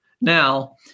now